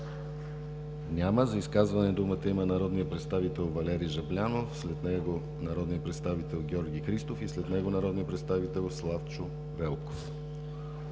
Няма. За изказване думата има народният представител Валери Жаблянов, след него народният представител Георги Христов, и след него народният представител Славчо Велков.